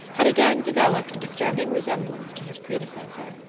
had again developed a disturbing resemblance to his predecessor.